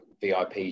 VIP